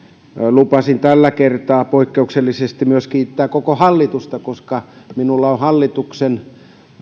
lupasin tällä kertaa poikkeuksellisesti kiittää myös koko hallitusta koska minulla on hallituksen